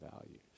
values